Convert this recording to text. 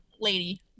lady